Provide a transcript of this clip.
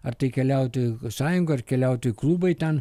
ar tai keliautojų sąjunga ar keliautojų klubai ten